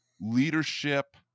leadership